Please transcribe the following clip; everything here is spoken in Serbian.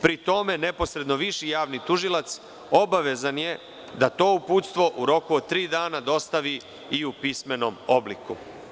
Pri tome, neposredno viši javni tužilac obavezan je da to uputstvo u roku od tri dana dostavi u pismenom obliku.